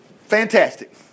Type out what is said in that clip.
Fantastic